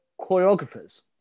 choreographers